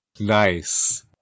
Nice